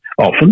often